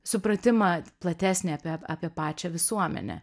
supratimą platesnį apie apie pačią visuomenę